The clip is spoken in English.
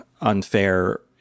unfair